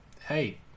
hey